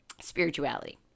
spirituality